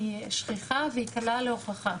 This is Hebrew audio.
היא שכיחה והיא קלה להוכחה,